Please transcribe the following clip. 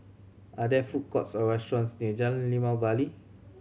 are there food courts or restaurants near Jalan Limau Bali